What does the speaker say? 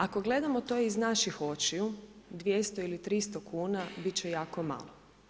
Ako gledamo to iz naših očiju 200 ili 300 kuna bit će jako malo.